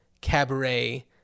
Cabaret